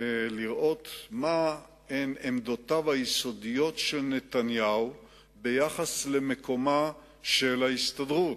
לראות מה הן עמדותיו היסודיות של נתניהו ביחס למקומה של ההסתדרות.